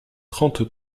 trente